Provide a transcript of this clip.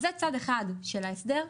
זה צד אחד של ההסדר,